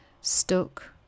stuck